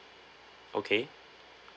okay